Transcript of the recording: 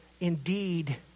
indeed